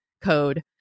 code